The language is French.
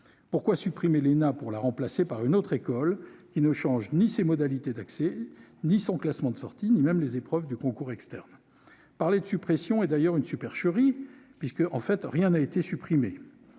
Pourquoi supprimer l'ENA pour la remplacer par une autre école, qui ne change ni ses modalités d'accès, ni son classement de sortie, ni même les épreuves du concours externe ? Parler de suppression est d'ailleurs une supercherie : rien n'a été supprimé,